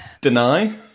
deny